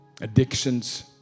addictions